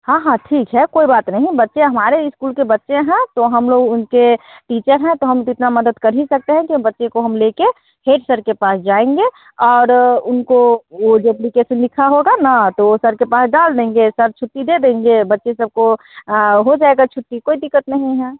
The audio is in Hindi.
हाँ हाँ ठीक है कोई बात नहीं बच्चे हमारे इस्कूल के बच्चे हैं तो हम लोग उनके टीचर हैं तो हम तो इतना मदद कर ही सकते हैं कि बच्चे को हम ले कर हेड सर के पास जाएंगे और उनको वो जो अप्लीकेसन लिखा होगा न तो वो सर के पास डाल देंगे सर छुट्टी दे देंगे बच्चे सब को हो जाएगा छुट्टी कोई दिक्कत नहीं है